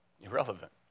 Irrelevant